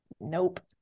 Nope